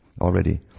already